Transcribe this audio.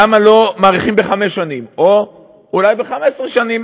למה לא מאריכים בחמש שנים או אולי ב-15 שנים,